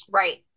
right